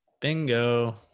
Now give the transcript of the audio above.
Bingo